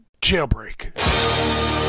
Jailbreak